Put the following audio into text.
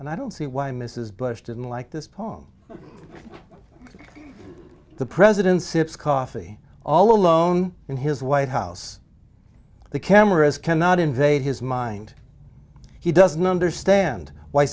and i don't see why mrs bush didn't like this pong the president sips coffee all alone in his white house the cameras cannot invade his mind he doesn't understand why